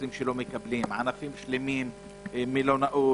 שלא מקבלים ענפים שלמים מלונאות,